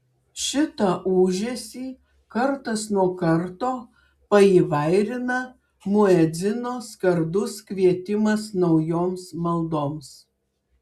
šitą ūžesį kartas nuo karto paįvairina muedzino skardus kvietimas naujoms maldoms